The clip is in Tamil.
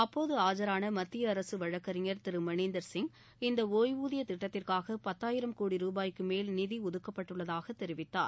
அப்போது ஆஜரான மத்திய அரசு வழக்கறிஞர் திரு மனீந்தர் சிங் இந்த ஒய்வூதிய திட்டத்திற்காக பத்தாயிரம் கோடி ருபாய்க்கு மேல் நிதி ஒதுக்கப்பட்டுள்ளதாக தெரிவித்தார்